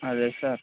అదే సార్